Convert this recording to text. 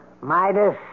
Midas